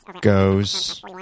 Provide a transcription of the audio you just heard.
goes